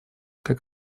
как